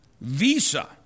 Visa